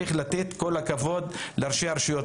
צריך לתת כל הכבוד לראשי הרשויות.